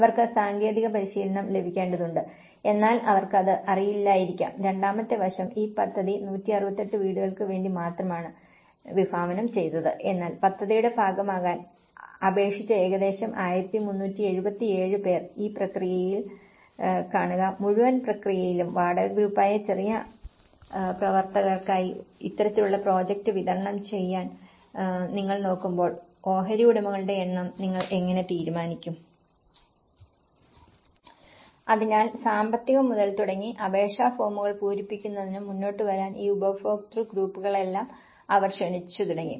അവർക്ക് സാങ്കേതിക പരിശീലനം ലഭിക്കേണ്ടതുണ്ട് എന്നാൽ അവർക്ക് അത് അറിയില്ലായിരിക്കാം രണ്ടാമത്തെ വശം ഈ പദ്ധതി 168 വീടുകൾക്ക് വേണ്ടി മാത്രമാണ് വിഭാവനം ചെയ്തത് എന്നാൽ പദ്ധതിയുടെ ഭാഗമാകാൻ അപേക്ഷിച്ച ഏകദേശം 1377 പേർ ഈ പ്രക്രിയയിൽ കാണുക മുഴുവൻ പ്രക്രിയയിലും വാടക ഗ്രൂപ്പായ ചെറിയ അഭിനേതാപ്രവർത്തകർക്കായി ഇത്തരത്തിലുള്ള പ്രോജക്റ്റ് വിതരണം ചെയ്യാൻ നിങ്ങൾ നോക്കുമ്പോൾ ഓഹരി ഉടമകളുടെ എണ്ണം നിങ്ങൾ എങ്ങനെ തീരുമാനിക്കും അതിനാൽ സാമ്പത്തികം മുതൽ തുടങ്ങി അപേക്ഷാ ഫോമുകൾ പൂരിപ്പിക്കുന്നതിന് മുന്നോട്ട് വരാൻ ഈ ഗുണഭോക്തൃ ഗ്രൂപ്പുകളെല്ലാം അവർ ക്ഷണിച്ചു തുടങ്ങി